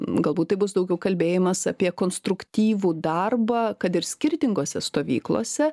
galbūt tai bus daugiau kalbėjimas apie konstruktyvų darbą kad ir skirtingose stovyklose